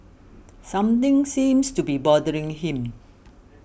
something seems to be bothering him